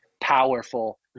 powerful